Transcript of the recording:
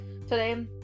today